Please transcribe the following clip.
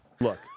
look